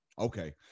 Okay